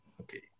okay